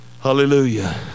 Hallelujah